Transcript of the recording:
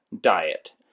diet